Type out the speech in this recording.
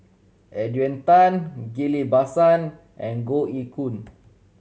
Adrian Tan Ghillie Basan and Goh Ee Choo